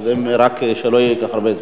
רק שלא ייקח הרבה זמן.